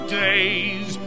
days